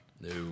No